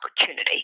opportunity